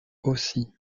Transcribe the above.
aussi